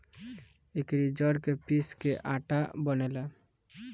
एकरी जड़ के पीस के आटा बनेला